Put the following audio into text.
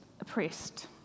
oppressed